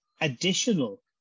additional